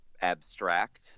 abstract